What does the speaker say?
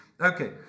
Okay